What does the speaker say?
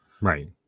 right